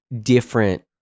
different